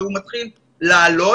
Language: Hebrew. כשהוא מתחיל להעלות,